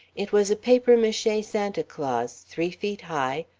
it was a papier-mache santa claus, three feet high,